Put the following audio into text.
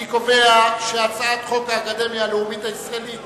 אני קובע שהצעת חוק האקדמיה הלאומית הישראלית